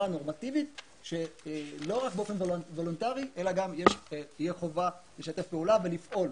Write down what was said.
נורמטיבית ולא רק באופן וולנטרי אלא גם תהיה חובה לשתף פעולה ולפעול.